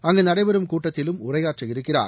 அங்கு நடைபெறும் கூட்டத்திலும் உரையாற்றவிருக்கிறார்